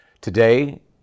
Today